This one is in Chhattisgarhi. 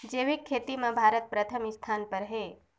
जैविक खेती म भारत प्रथम स्थान पर हे